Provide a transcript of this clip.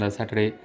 Saturday